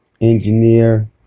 engineer